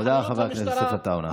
תודה, חבר הכנסת עטאונה.